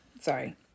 Sorry